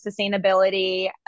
sustainability